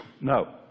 No